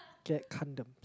get condoms